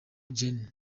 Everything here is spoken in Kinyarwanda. gen